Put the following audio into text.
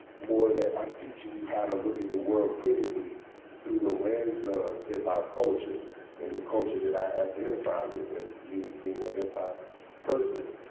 more that i'm teaching you how to look at the world critically through the lens of hip-hop culture and the culture that i identified with as me being a hip-hop person.